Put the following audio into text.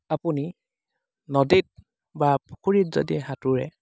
আপুনি নদীত বা পুখুৰীত যদি সাঁতোৰে